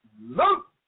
Luke